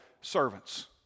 servants